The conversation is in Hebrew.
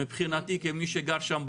מבחינתי כמי שגר שם.